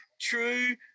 true